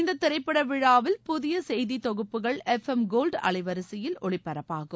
இந்த திரைப்பட விழாவில் புதிய செய்தி தொகுப்புகள் எஃப் எம் கோல்டு அலைவரிசையில் ஒலிபரப்பாகும்